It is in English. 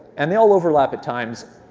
and they all overlap at times,